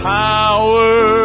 power